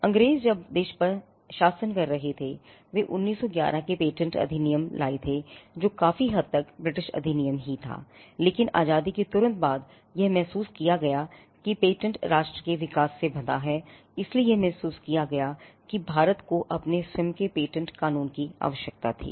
अंग्रेज जब देश पर शासन कर रहे थे वे 1911 के पेटेंट अधिनियम में लाए थे जो काफी हद तक ब्रिटिश अधिनियम ही था लेकिन आजादी के तुरंत बाद यह महसूस किया गया था कि पेटेंट राष्ट्र के विकास से बंधा हैं इसलिए यह महसूस किया गया कि भारत को अपने स्वयं के पेटेंट कानून की आवश्यकता थी